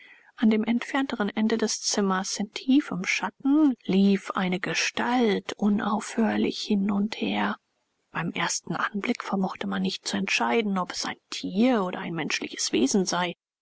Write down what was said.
an dem entfernteren ende des zimmers in tiefem schatten lief eine gestalt unaufhörlich hin und her beim ersten anblick vermochte man nicht zu entscheiden ob es ein tier oder ein menschliches wesen sei